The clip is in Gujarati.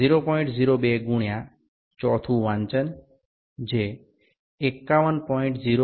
02 ગુણ્યા 4થુ વાંચન જે 51